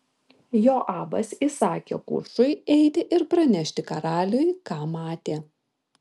joabas įsakė kušui eiti ir pranešti karaliui ką matė